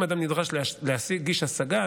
אם אדם נדרש להגיש השגה,